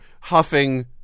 huffing